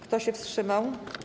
Kto się wstrzymał?